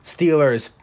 Steelers